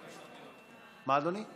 מה, אדוני?